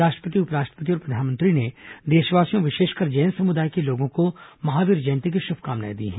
राष्ट्रपति उपराष्ट्रपति और प्रधानमंत्री ने देशवासियों विशेषकर जैन समुदाय को महावीर जयंती की शुभकामनाएं दी हैं